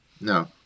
No